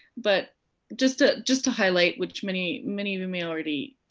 but just ah just to highlight, which many many of you may already